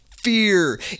Fear